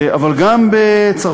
אבל גם בצרפת,